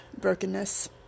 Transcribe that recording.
brokenness